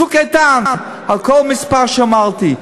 כצוק איתן על כל מספר שאמרתי.